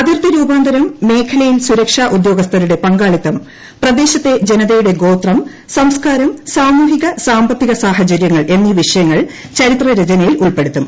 അതിർത്തി രൂപാന്തരം മേഖലയിൽ സുരക്ഷാ ഉദ്യോഗസ്ഥരുടെ പങ്കാളിത്തം പ്രദേശത്തെ ജനതയുടെ ഗോത്രം സംസ്കാരം സാമൂഹിക സാമ്പത്തിക സാഹചര്യങ്ങൾ എന്നീ വിഷയങ്ങൾ ചരിത്ര രചനയിൽ ഉൾപ്പെടുത്തും